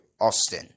Austin